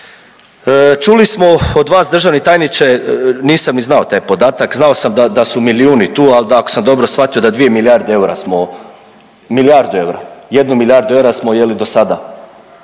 Čuli smo od vas državni tajniče, nisam ni znao taj podatak, znao sam da, da su milijuni tu, al da ako sam dobro shvatio da 2 milijarde eura smo…/Upadica iz klupe se ne razumije/…milijardu